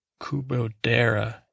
Kubodera